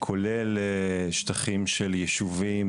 כולל שטחים של יישובים,